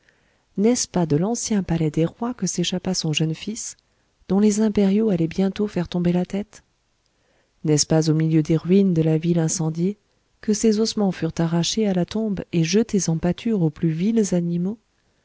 n'est-ce pas de l'ancien palais des rois que s'échappa son jeune fils dont les impériaux allaient bientôt faire tomber la tête n'est-ce pas au milieu des ruines de la ville incendiée que ses ossements furent arrachés à la tombe et jetés en pâture aux plus vils animaux